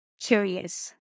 curious